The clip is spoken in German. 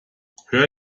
hör